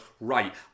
right